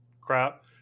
crap